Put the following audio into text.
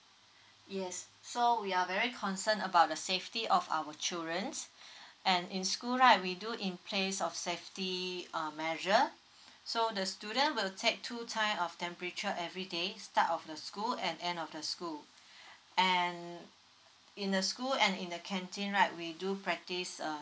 yes so we are very concern about the safety of our children's and in school right we do in place of safety uh measure so the student will take two time of temperature everyday start of the school and end of the school and in the school and in the canteen right we do practice uh